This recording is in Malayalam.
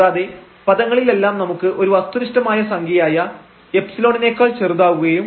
കൂടാതെ δ യുടെ പദങ്ങളിൽ എല്ലാം നമുക്ക് ഒരു വസ്തുനിഷ്ടമായ സംഖ്യയായ ϵ നേക്കാൾ ചെറുതാക്കുകയും വേണം